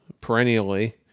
perennially